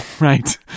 right